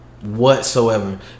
Whatsoever